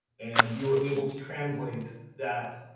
and we were able to translate that,